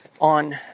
on